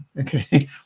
Okay